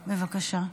בבקשה.